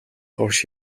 хойш